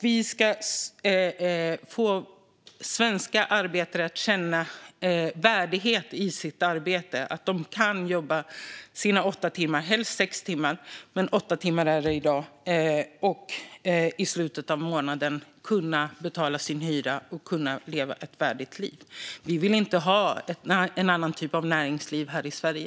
Vi ska få svenska arbetare att känna värdighet i sitt arbete så att de kan jobba sina åtta timmar - helst sex timmar, men det är ju åtta timmar i dag - och i slutet av månaden kan betala sin hyra och leva ett värdigt liv. Vi vill inte ha någon annan typ av näringsliv här i Sverige.